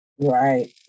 right